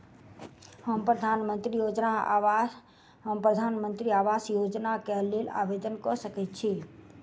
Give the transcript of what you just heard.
हम प्रधानमंत्री आवास योजना केँ लेल आवेदन कऽ सकैत छी?